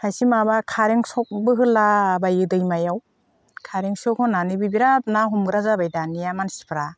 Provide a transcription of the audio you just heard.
खायसे माबा खारेन्ट सकबो होलाबायो दैमायाव खारेन्ट सक होनानैबो बिरात ना हमग्रा जाबाय दानिया मानसिफोरा